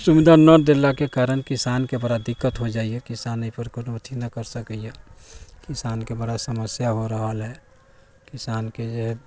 सुविधा ना देललोके कारण किसानके बड़ा दिक्कत हो जाइ हइ किसान एहिपर कोनो अथी ना कर सकैए किसानके बड़ा समस्या हो रहल हइ किसानके जे हइ